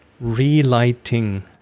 relighting